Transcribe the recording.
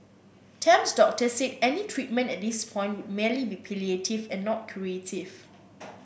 Tam's doctor said any treatment at this point would merely be palliative and not curative